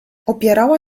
opierała